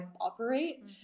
operate